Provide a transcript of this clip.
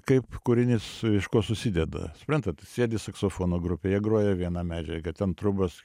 kaip kūrinys iš ko susideda suprantat sėdi saksofono grupėje groja vieną medžiagą ten triūbos